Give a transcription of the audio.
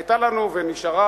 היו לנו ונשארו,